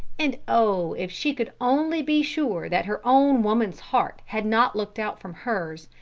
and oh, if she could only be sure that her own woman's heart had not looked out from hers,